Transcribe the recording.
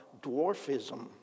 dwarfism